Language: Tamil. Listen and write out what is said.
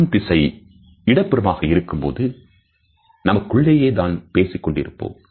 பார்க்கும் திசை இடப்புறமாக இருக்கும்போது நமக்குள்ளே தான் பேசிக்கொண்டிருப்போம்